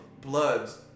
Bloods